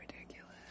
ridiculous